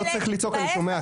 לא צריך לצעוק, אני שומע.